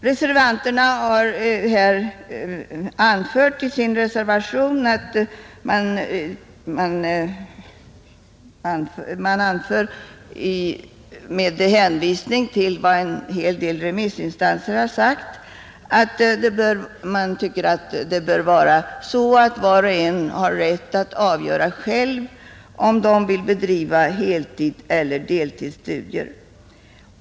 Reservanterna hänvisar till vad en hel del remissinstanser sagt att var och en bör ha rätt att själv avgöra om man vill bedriva deltidseller heltidsstudier.